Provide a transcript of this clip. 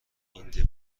این